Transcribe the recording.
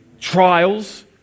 trials